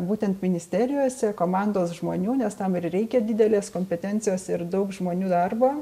būtent ministerijose komandos žmonių nes tam ir reikia didelės kompetencijos ir daug žmonių darbo